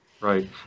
Right